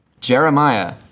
Jeremiah